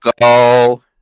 go